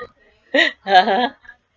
(uh huh)